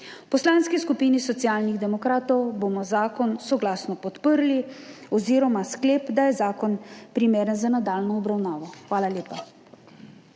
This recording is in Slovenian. Poslanski skupini Socialnih demokratov bomo zakon soglasno podprli oziroma sklep, da je zakon primeren za nadaljnjo obravnavo. Hvala lepa.